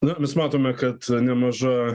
na mes matome kad nemaža